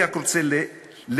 אני רק רוצה לפרט,